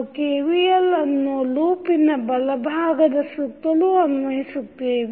ನಾವು KVL ಅನ್ನು ಲೂಪಿನ ಬಲಭಾಗದ ಸುತ್ತಲೂ ಅನ್ವಯಿಸುತ್ತೇವೆ